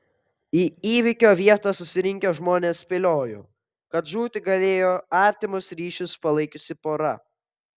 į įvykio vietą susirinkę žmonės spėliojo kad žūti galėjo artimus ryšius palaikiusi pora